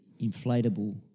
inflatable